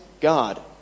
God